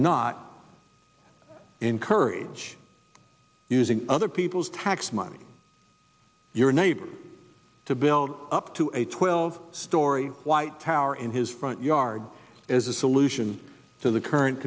not encourage using other people's tax money your neighbor to build up to a twelve story white tower in his front yard as a solution to the current